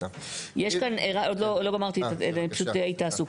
יש כאן, לא גמרתי, פשוט היית עסוק.